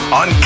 on